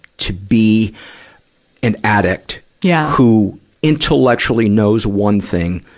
to be an addict yeah who intellectually knows one thing,